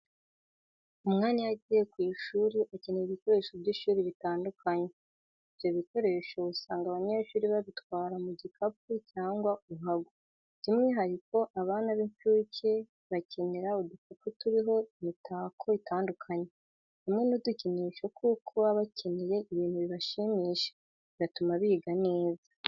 Umwana iyo agiye ku ishuri akenera ibikoresho by'ishuri bitandukanye. Ibyo bikoresho usanga abanyeshuri babitwara mu gikapu cyangwa uruhago, by'umwihariko abana b'incuke bakenera udukapu turiho imitako itandukanye, hamwe n'udukinisho kuko baba bakeneye ibintu bibashimisha, bigatuma biga neza.